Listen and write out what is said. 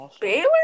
Baylor